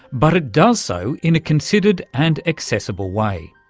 but it does so in a considered and accessible way.